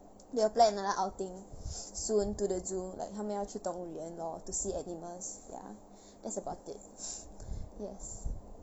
you all plan another outing soon to the zoo like 他们要去动物园 lor to see animals ya that's about it yes